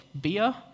beer